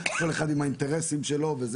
הפוך.